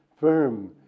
firm